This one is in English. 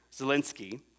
Zelensky